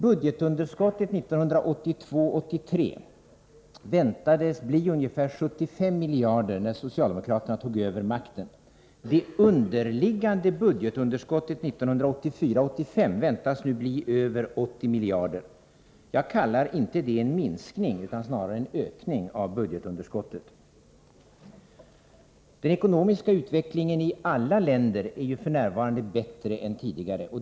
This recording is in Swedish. Budgetunderskottet 1982 85 väntas nu bli över 80 miljarder kronor. Jag kallar inte det en minskning utan snarare en ökning av budgetunderskottet. Den ekonomiska utvecklingen i alla länder är f. n. bättre än tidigare.